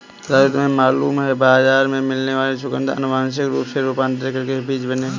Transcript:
राजू तुम्हें मालूम है बाजार में मिलने वाले चुकंदर अनुवांशिक रूप से रूपांतरित करके ही बने हैं